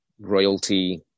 royalty